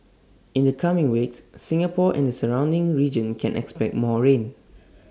in the coming weeks Singapore and the surrounding region can expect more rain